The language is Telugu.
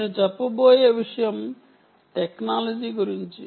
నేను చెప్పబోయే విషయం టెక్నాలజీ గురించి